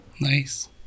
Nice